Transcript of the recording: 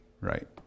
Right